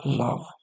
love।